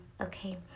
Okay